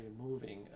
moving